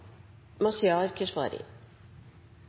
Mazyar Keshvari